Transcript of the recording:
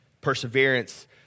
Perseverance